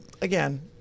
again